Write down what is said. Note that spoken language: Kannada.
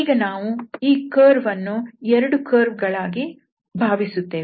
ಈಗ ನಾವು ಈ ಕರ್ವ್ ಅನ್ನು 2 ಕರ್ವ್ ಗಳಾಗಿ ಭಾವಿಸುತ್ತೇವೆ